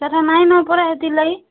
ସେଟା ନାଇଁନ ପରା ସେଥିଲାଗି